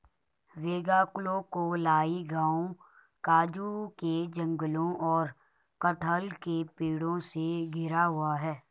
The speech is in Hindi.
वेगाक्कोलाई गांव काजू के जंगलों और कटहल के पेड़ों से घिरा हुआ है